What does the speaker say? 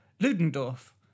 Ludendorff